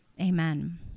Amen